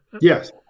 yes